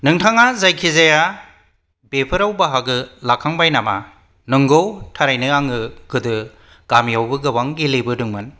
नोंथाङा जायखिजाया बेफोराव बाहागो लाखांबाय नामा नंगौ थारैनो आङो गोदो गामियावबो गोबां गेले बोदोंमोन